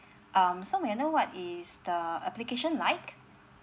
um so may I know what is the application like